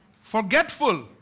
Forgetful